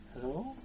Hello